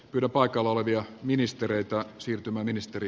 kyllä paikalla olevia ministereitä siirtymäministeri